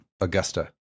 augusta